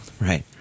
Right